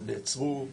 הם נעצרו,